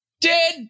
dead